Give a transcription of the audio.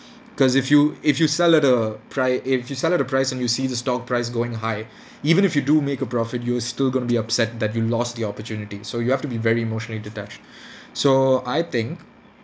cause if you if you sell at a price if you sell at a price and you see the stock price going high even if you do make a profit you're still going to be upset that you lost the opportunity so you have to be very emotionally detached so I think